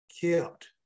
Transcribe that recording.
kept